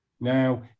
Now